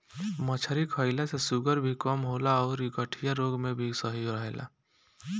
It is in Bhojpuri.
मछरी खईला से शुगर भी कम होला अउरी गठिया रोग में भी सही रहेला